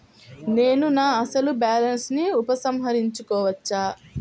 నేను నా అసలు బాలన్స్ ని ఉపసంహరించుకోవచ్చా?